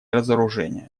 разоружения